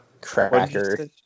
Cracker